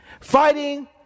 fighting